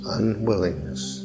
unwillingness